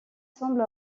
semble